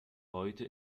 heute